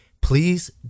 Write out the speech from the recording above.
please